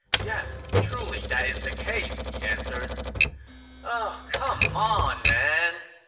yes, truly that is the case, he answered oh c'mon man!